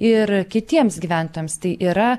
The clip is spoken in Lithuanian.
ir kitiems gyventojams tai yra